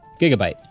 Gigabyte